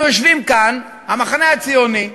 אנחנו יושבים כאן, המחנה הציוני,